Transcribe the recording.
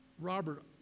Robert